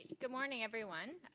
good morning, everyone.